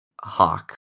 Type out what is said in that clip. Hawk